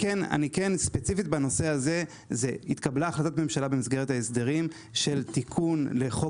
ספציפית בנושא הזה התקבלה החלטת ממשלה במסגרת ההסדרים של תיקון לחוק